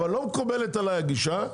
אבל לא מקובלת עליי הגישה,